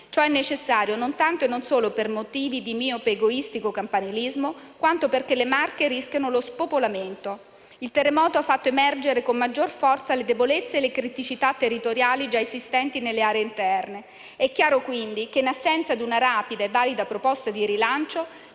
Ciò è necessario non tanto e non solo per motivi di miope ed egoistico campanilismo, quanto perché le Marche rischiano lo spopolamento. Il terremoto ha fatto emergere con maggiore forza le debolezza e le criticità territoriali già esistenti nelle aree interne. È chiaro, quindi, che in assenza di una rapida e valida proposta di rilancio,